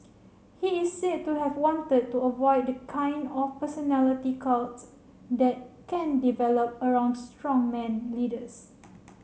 he is said to have wanted to avoid the kind of personality cult that can develop around strongman leaders